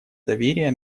доверия